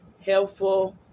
helpful